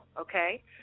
okay